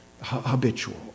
Habitual